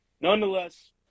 nonetheless